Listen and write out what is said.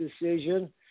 decision